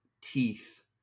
teeth